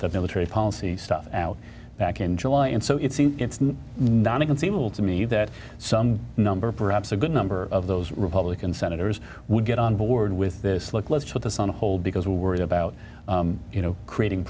that military policy stuff out back in july and so it seems it's not a conceivable to me that some number of perhaps a good number of those republican senators would get on board with this look let's put this on hold because we're worried about you know creating